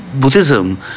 Buddhism